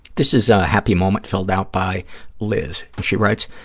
this is a happy moment filled out by liz. and she writes,